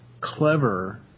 clever